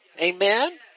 Amen